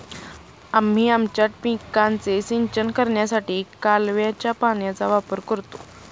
आम्ही आमच्या पिकांचे सिंचन करण्यासाठी कालव्याच्या पाण्याचा वापर करतो